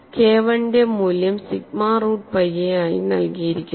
K Iയുടെ മൂല്യം sigma root pi a ആയി നൽകിയിരിക്കുന്നു